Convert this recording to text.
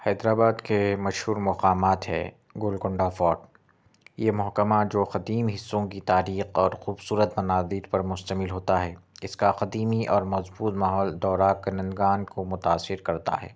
حیدر آباد کے مشہور مقامات ہیں گولکندہ فورٹ یہ محکمہ جو قدیم حصّوں کی تاریخ اور خوبصورت مناظر پر مشتمل ہوتا ہے اُس کا قدیمی اور مشہور ماحول دورہ کنندگان کو متاثر کرتا ہے